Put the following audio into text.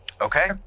Okay